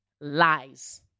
lies